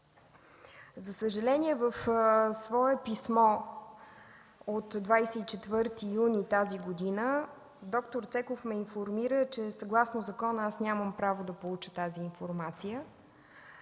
За съжаление, в свое писмо от 24 юни 2013 г. д-р Цеков ме информира, че съгласно закона нямам право да получа тази информация.